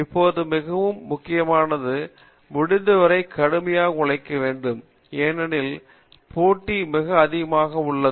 இப்போது மிகவும் முக்கியமானது முடிந்தவரை கடுமையாக உழைக்க வேண்டும் ஏனெனில் போட்டி மிக அதிகமாக உள்ளது